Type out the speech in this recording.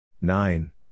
Nine